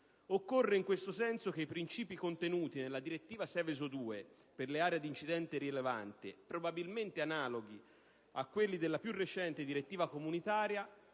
Occorre in questo senso che i principi contenuti nella direttiva "Seveso 2" per le aree a rischio di incidente rilevante, probabilmente analoghi a quelli della più recente direttiva comunitaria,